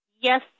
Yes